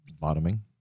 bottoming